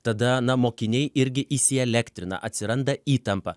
tada na mokiniai irgi įsielektrina atsiranda įtampa